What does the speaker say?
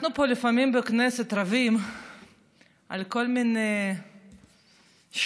אנחנו לפעמים בכנסת רבים על כל מיני שטויות,